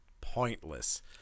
pointless